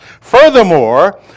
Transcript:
Furthermore